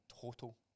total